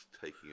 taking